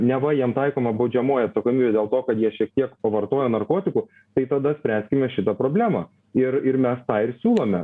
neva jiem taikoma baudžiamoji atsakomybė dėl to kad jie šiek tiek pavartojo narkotikų tai tada spręsime šitą problemą ir ir mes tą ir siūlome